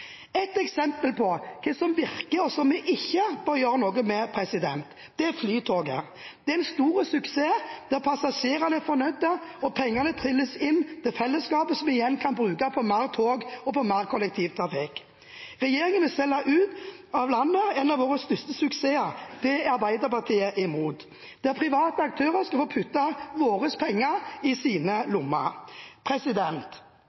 Et eksempel på hva som virker, og som vi ikke bør gjøre noe med, er Flytoget. Det er en stor suksess – passasjerene er fornøyd, og pengene triller inn til fellesskapet, som igjen kan brukes på mer tog og på mer kollektivtrafikk. Regjeringen vil selge ut av landet en av våre største suksesser – det er Arbeiderpartiet imot – der private aktører skal få putte våre penger i sine